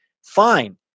Fine